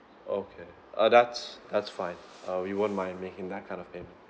okay uh that's that's fine uh we won't mind making that kind of payment